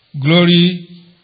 glory